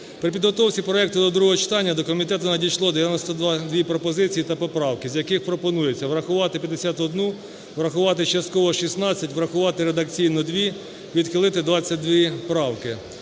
При підготовці проекту до другого читання до комітету надійшло 92 пропозиції та поправки, з яких пропонується врахувати 51, врахувати частково 16, врахувати редакційно 2, відхилити 22 правки.